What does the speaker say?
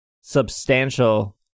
substantial